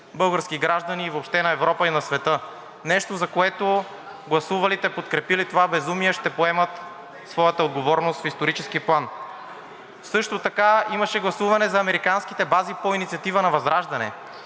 български граждани, и въобще на Европа, и на света, нещо, за което гласувалите, подкрепили това безумие, ще поемат своята отговорност в исторически план. Също така имаше гласуване за американските бази по инициатива на ВЪЗРАЖДАНЕ.